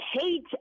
hate